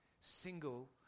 single